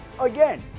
again